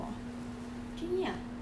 chinese name !aiya!